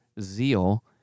zeal